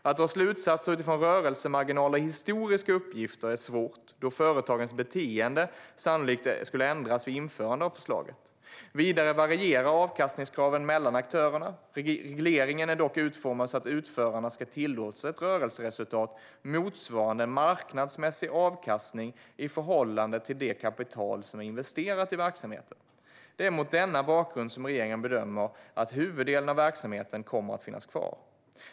Att dra slutsatser utifrån rörelsemarginaler i historiska uppgifter är svårt, då företagens beteenden sannolikt skulle ändras vid införandet av förslaget. Vidare varierar avkastningskraven mellan aktörerna. Regleringen är dock utformad så att utförarna ska tillåtas ett rörelseresultat motsvarande en marknadsmässig avkastning i förhållande till det kapital som är investerat i verksamheten. Det är mot denna bakgrund som regeringen bedömer att huvuddelen av verksamheterna kommer att finnas kvar.